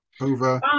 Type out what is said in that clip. over